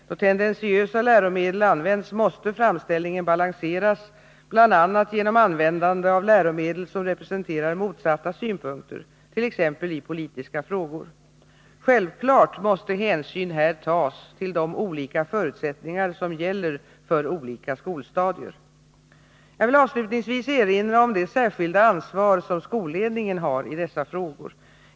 Då tendentiösa läromedel används måste framställningen balanseras, bl.a. genom användande av läromedel som representerar motsatta synpunkter, t.ex. i politiska frågor. Självfallet måste hänsyn här tas till de olika förutsättningar som gäller för olika skolstadier. Jag vill avslutningsvis erinra om det särskilda ansvar som skolledningen har i dessa frågor.